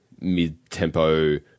mid-tempo